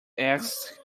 asked